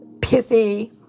pithy